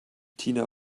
tina